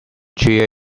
cheer